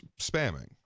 spamming